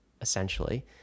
Essentially